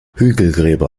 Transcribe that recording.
hügelgräber